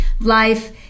Life